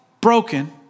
broken